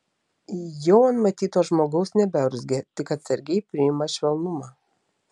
jau ant matyto žmogaus nebeurzgia tik atsargiai priima švelnumą